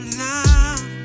love